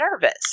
nervous